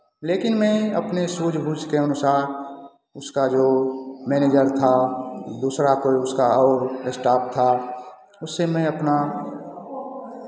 लेकिन मैं अपने सूझ बूझ के अनुसार उसका जो मैनेजर था दूसरा कोई उसका और स्टाफ था उससे मैं अपना